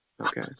Okay